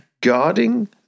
guarding